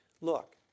look